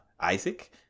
Isaac